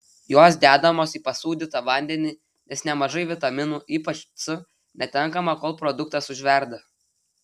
jos dedamos į pasūdytą vandenį nes nemažai vitaminų ypač c netenkama kol produktas užverda